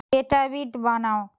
petabit বানাও